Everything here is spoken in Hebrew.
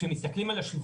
וגם החסמים מפורטים.